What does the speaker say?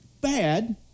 bad